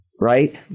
Right